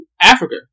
Africa